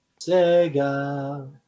Sega